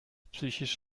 psychisch